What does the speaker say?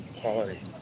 quality